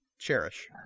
Cherish